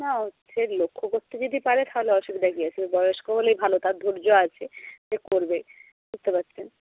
না হচ্ছে লক্ষ করতে যদি পারে তাহলে অসুবিধার কী আছে বয়স্ক হলেই ভালো তার ধৈর্য আছে সে করবে বুঝতে পারছেন